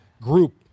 group